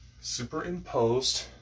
superimposed